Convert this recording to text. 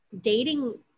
dating